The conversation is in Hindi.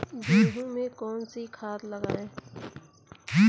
गेहूँ में कौनसी खाद लगाएँ?